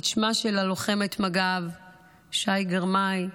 להעלות את שמה של לוחמת מג"ב שי גרמאי,